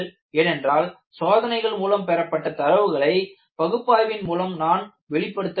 ஏனென்றால் சோதனைகள் மூலம் பெறப்பட்ட தரவுகளை பகுப்பாய்வின் மூலம் நான் வெளிப்படுத்த வேண்டும்